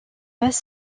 pas